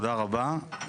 תודה רבה,